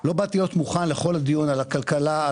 לא באתי מוכן לדיון על הכלכלה,